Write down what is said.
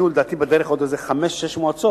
לדעתי היו בדרך עוד איזה חמש-שש מועצות,